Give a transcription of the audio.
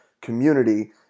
community